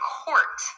court